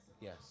Yes